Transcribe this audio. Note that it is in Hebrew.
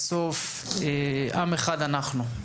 בסוף עם אחד אנחנו.